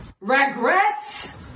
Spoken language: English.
regrets